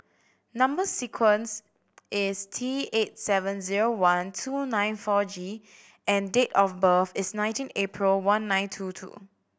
number sequence is T eight seven zero one two nine four G and date of birth is nineteen April one nine two two